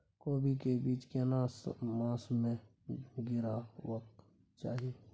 कोबी के बीज केना मास में गीरावक चाही?